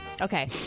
Okay